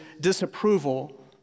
disapproval